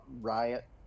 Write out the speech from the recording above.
Riot